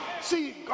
See